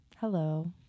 Hello